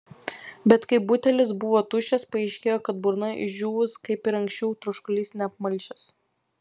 bet kai butelis buvo tuščias paaiškėjo kad burna išdžiūvus kaip ir anksčiau troškulys neapmalšęs